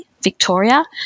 Victoria